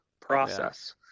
process